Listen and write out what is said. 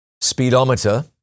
speedometer